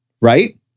Right